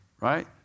right